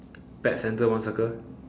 pet centre one circle